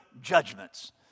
judgments